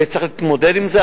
וצריך להתמודד עם זה.